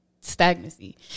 stagnancy